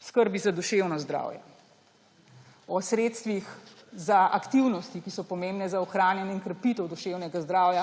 skrbi za duševno zdravje, o sredstvih za aktivnosti, ki so pomembne za ohranjanje in krepitev duševnega zdravja.